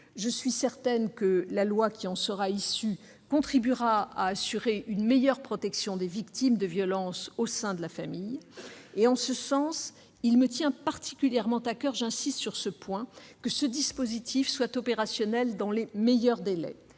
Je suis certaine que la loi qui en sera issue contribuera à assurer une meilleure protection des victimes de violences au sein de la famille. En ce sens, il me tient particulièrement à coeur que ce dispositif soit opérationnel dans les meilleurs délais.